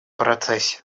процессе